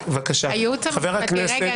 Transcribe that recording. הייעוץ המשפטי --- חבר הכנסת --- רגע,